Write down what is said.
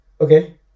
Okay